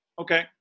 okay